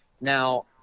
Now